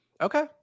Okay